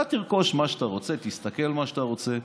אתה תרכוש מה שאתה רוצה, תסתכל על מה שאתה רוצה.